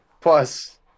Plus